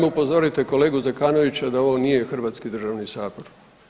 Barem upozorite kolegu Zekanovića da ovo nije Hrvatski državni sabor.